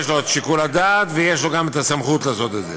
יש לו שיקול הדעת ויש לו גם הסמכות לעשות את זה.